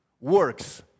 works